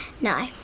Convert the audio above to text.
No